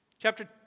Chapter